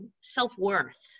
self-worth